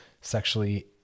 sexually